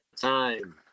time